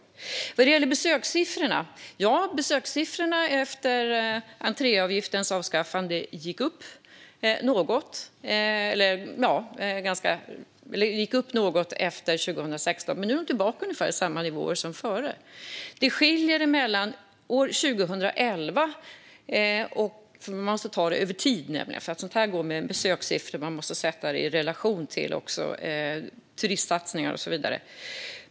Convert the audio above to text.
Besökssiffrorna gick upp något efter entréavgiftens avskaffande - efter 2016 - men är nu tillbaka på ungefär samma nivåer som tidigare. Man måste se detta över tid, för besökssiffror måste sättas i relation till turistsatsningar och så vidare.